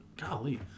Golly